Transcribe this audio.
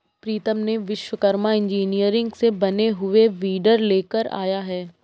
प्रीतम ने विश्वकर्मा इंजीनियरिंग से बने हुए वीडर लेकर आया है